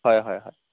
হয় হয় হয়